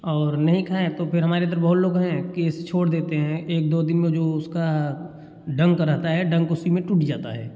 और नहीं खाए तो फिर हमारे इधर बहुत लोग हैं कि इस छोड़ देते हैं एक दो दिन में जो उसका डंक रहता है डंक उसी में टूट जाता है